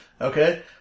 Okay